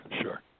sure